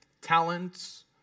talents